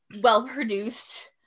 well-produced